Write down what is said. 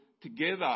together